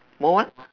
more what